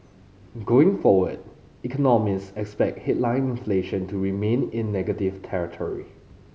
going forward economists expect headline inflation to remain in negative territory